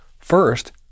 First